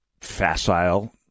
facile